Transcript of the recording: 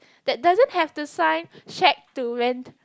that doesn't have to sign shag to rent